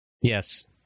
Yes